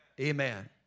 Amen